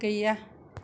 गैया